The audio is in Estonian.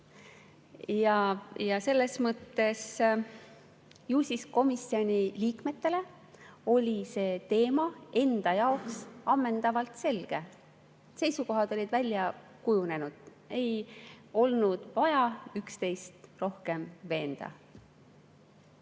Ja selles mõttes, ju siis komisjoni liikmetele oli see teema ammendavalt selge. Seisukohad olid välja kujunenud, ei olnud vaja üksteist rohkem veenda.